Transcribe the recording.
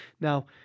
Now